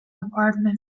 apartment